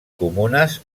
comunes